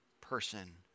person